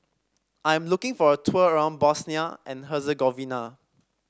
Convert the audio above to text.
I am looking for a tour around Bosnia and Herzegovina